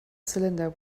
cylinder